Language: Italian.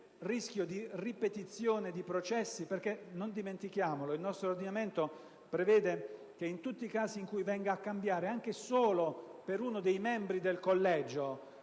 rischio di ripetizione di processi (è bene non dimenticare che il nostro ordinamento prevede che, in tutti i casi in cui venga a cambiare solo per uno dei membri del collegio